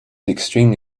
extremely